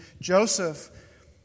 Joseph